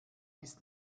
ist